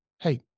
hey